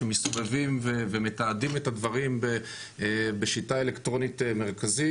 שמסתובבים ומתעדים את הדברים בשיטה אלקטרונית מרכזית,